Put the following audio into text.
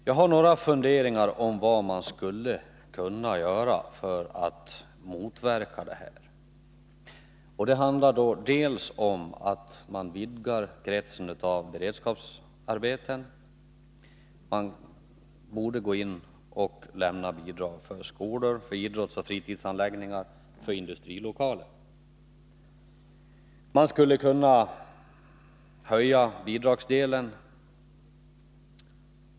Jag har några funderingar om vad man skulle kunna göra för att motverka utvecklingen. Bl. a. skulle man kunna vidga kretsen av beredskapsarbeten. Man borde gå in och lämna bidrag för skolor, för idrottsoch fritidsanläggningar samt för industrilokaler. Man skulle kunna höja bidragsdelen.